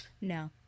No